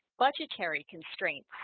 budgetary constraints